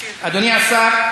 אדוני השר.